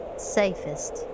Safest